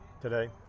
today